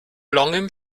langen